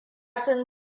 sun